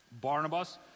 Barnabas